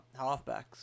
halfbacks